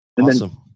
awesome